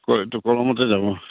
এইটো কলমতে যাব